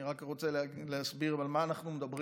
אני רק רוצה להסביר על מה אנחנו מדברים.